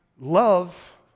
love